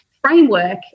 framework